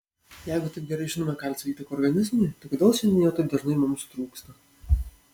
jeigu taip gerai žinome kalcio įtaką organizmui tai kodėl šiandien jo taip dažnai mums trūksta